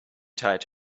tied